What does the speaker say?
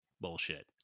Bullshit